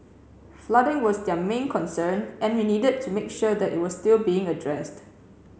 flooding was their main concern and we needed to make sure that it was still being addressed